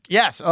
yes